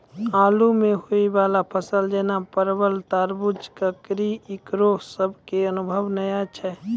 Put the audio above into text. बालू मे होय वाला फसल जैना परबल, तरबूज, ककड़ी ईकरो सब के अनुभव नेय छै?